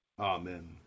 Amen